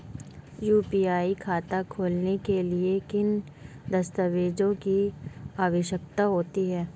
UPI खाता खोलने के लिए किन दस्तावेज़ों की आवश्यकता होती है?